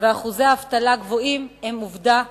ואחוזי אבטלה גבוהים הם עובדה מוגמרת.